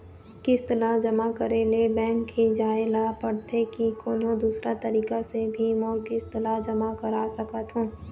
किस्त ला जमा करे ले बैंक ही जाए ला पड़ते कि कोन्हो दूसरा तरीका से भी मोर किस्त ला जमा करा सकत हो?